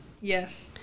Yes